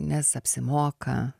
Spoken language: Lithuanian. nes apsimoka